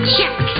Check